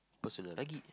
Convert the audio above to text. personal lagi